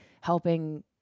helping